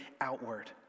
outward